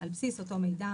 על בסיס אותו מידע,